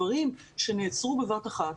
דברים שנעצרו בבת אחת,